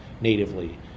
natively